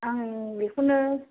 आं बेखौनो